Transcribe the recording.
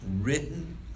written